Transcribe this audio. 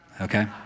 okay